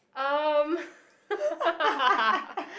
um